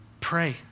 Pray